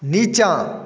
निचाँ